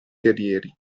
terrieri